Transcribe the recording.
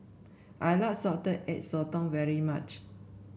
I like Salted Egg Sotong very much